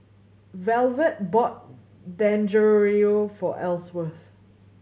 Velvet bought Dangojiru for Elsworth